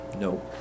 No